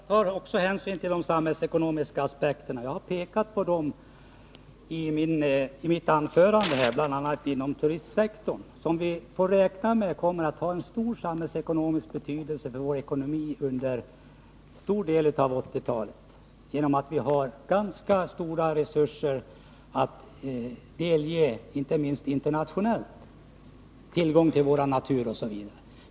Herr talman! Vi tar också hänsyn till de samhällsekonomiska aspekterna. Jag har pekat på dem i mitt anförande och bl.a. berört turistsektorn. Vi får räkna med att den kommer att ha stor samhällsekonomisk betydelse under en stor del av 1980-talet, genom att vi har ganska stora resurser att bjuda på, inte minst internationellt — bl.a. naturresurser.